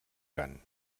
cant